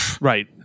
Right